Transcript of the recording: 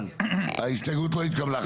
ההסתייגות לא התקבלה.